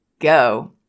go